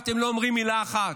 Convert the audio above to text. אתם לא אומרים מילה אחת,